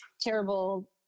terrible